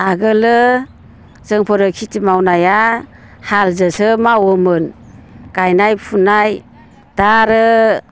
आगोलो जोंफोरो खेथि मावनाया हालजोंसो मावोमोन गायनाय फुनाय दा आरो